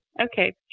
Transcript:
okay